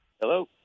Hello